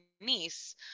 niece